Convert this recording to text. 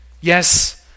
yes